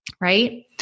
right